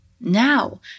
Now